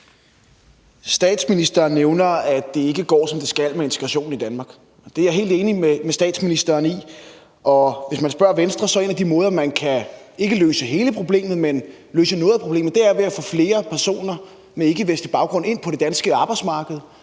Statsministeren nævner, at det ikke går, som det skal, med integrationen i Danmark, og det er jeg helt enig med statsministeren i. Hvis man spørger Venstre, er en af de måder, hvorpå man kan løse, ikke hele problemet, men noget af problemet, at få flere personer med ikkevestlig baggrund ind på det danske arbejdsmarked,